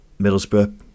Middlesbrough